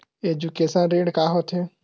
Education ऋण का होथे?